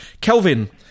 Kelvin